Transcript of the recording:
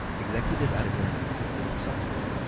executive editor of cook's science,